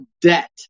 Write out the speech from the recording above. debt